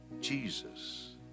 Jesus